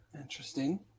Interesting